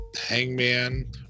hangman